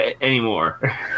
anymore